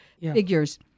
figures